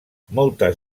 moltes